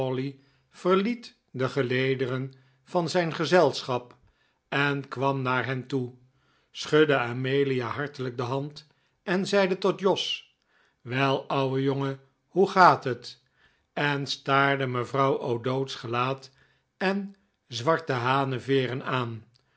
verliet de gelederen van zijn gezelschap en kwam naar hen toe schudde amelia hartelijk de hand en zeide tot jos wel ouwe jongen hoe gaat het en staarde mevrouw o'dowd's gelaat en zwarte haneveeren aan